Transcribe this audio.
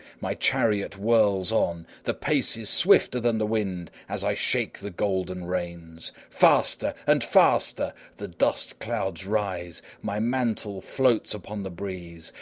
my chariot whirls on the pace is swifter than the wind as i shake the golden reins! faster and faster! the dust clouds rise my mantle floats upon the breeze,